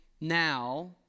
now